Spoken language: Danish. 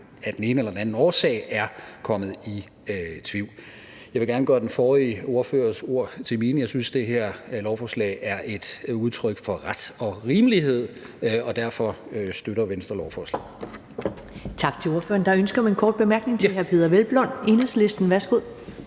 af den ene eller anden årsag er kommet i tvivl. Jeg vil gerne gøre den forrige ordførers ord til mine. Jeg synes, det her lovforslag er et udtryk for ret og rimelighed, og derfor støtter Venstre lovforslaget.